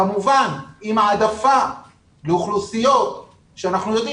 כמובן עם העדפה לאוכלוסיות שאנחנו יודעים